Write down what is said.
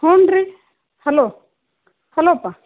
ಹ್ಞೂ ರೀ ಹಲೋ ಹಲೋಪ್ಪ